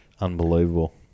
Unbelievable